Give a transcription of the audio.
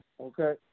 Okay